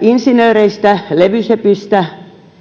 insinööreistä ja levysepistä